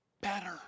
better